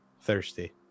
thirsty